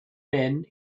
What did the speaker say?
men